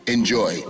Enjoy